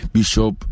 Bishop